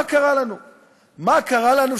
מה קרה לנו?